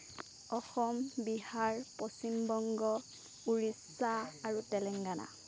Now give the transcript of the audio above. অসম বিহাৰ পশ্চিমবংগ উৰিষ্যা আৰু তেলেংগানা